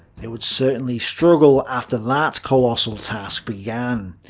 they would certainly struggle after that colossal task began.